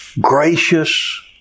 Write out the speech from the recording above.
gracious